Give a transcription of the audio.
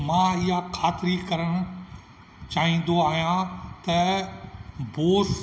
मां इहा ख़ातिरी करण चाहींदो आहियां त बोस